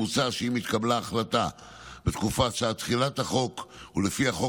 מוצע שאם התקבלה החלטה בתקופה שעד תחילת החוק ולפי החוק